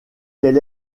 quel